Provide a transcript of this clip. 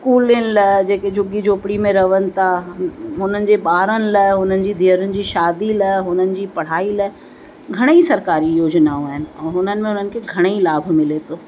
कुलिनि लाइ जेके झुग्गी झोपिड़ी में रहनि था हुननि जे ॿारनि लाइ हुननि जी धीअरुनि जी शादियुनि लाइ हुननि जी पढ़ाई लाइ घणेई सरकारी योजिनाऊं आहिनि और हुननि में हुननि खे घणेई लाभ मिले थो